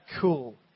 Cool